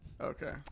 Okay